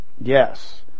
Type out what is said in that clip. Yes